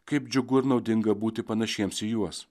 kaip džiugu ir naudinga būti panašiems į juos